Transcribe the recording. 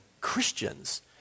Christians